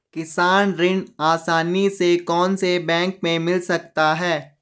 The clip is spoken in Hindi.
किसान ऋण आसानी से कौनसे बैंक से मिल सकता है?